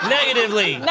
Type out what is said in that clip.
Negatively